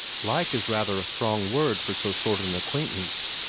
like is rather a strong word for so short an acquaintance.